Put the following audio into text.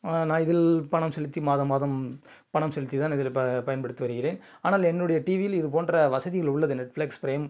நான் இதில் பணம் செலுத்தி மாதம் மாதம் பணம் செலுத்திதான் இதில் ப பயன்படுத்தி வருகிறேன் ஆனால் என்னுடைய டிவியில் இதுபோன்ற வசதிகள் உள்ளது நெட்ஃப்ளக்ஸ் ப்ரேம்